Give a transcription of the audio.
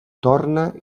torna